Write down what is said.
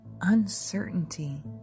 uncertainty